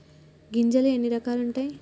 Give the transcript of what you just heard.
గింజలు ఎన్ని రకాలు ఉంటాయి?